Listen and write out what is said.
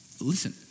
listen